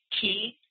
key